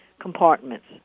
compartments